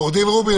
עורך דין רובין,